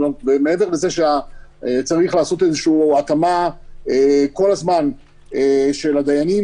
ומעבר לזה שצריך לעשות איזושהי התאמה כל הזמן של הדיינים,